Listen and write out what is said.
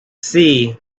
sea